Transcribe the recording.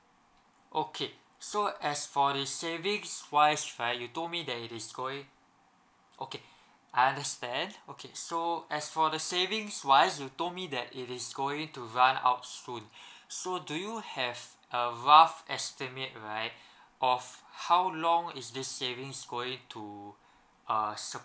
okay so as for the savings wise right you told me that it is going okay I understand okay so as for the savings wise you told me that it is going to run out soon so do you have a rough estimate right of how long is this savings going to uh support